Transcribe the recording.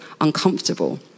uncomfortable